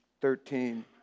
thirteen